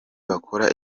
bakora